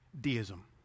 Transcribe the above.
deism